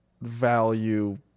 value